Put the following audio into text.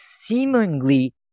seemingly